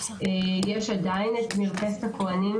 עדיין יש את מרפסת הכהנים,